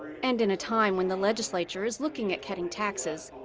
and in a time when the legislature is looking at cutting taxes,